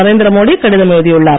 நரேந்திரமோடி கடிதம் எழுதியுள்ளார்